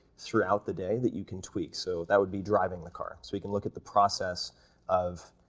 throughout the day, that you can tweak? so that would be driving the car. so we can look at the process of,